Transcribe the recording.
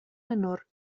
menor